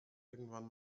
irgendwann